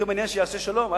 אותי מעניין שיעשו שלום.